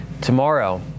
Tomorrow